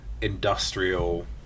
industrial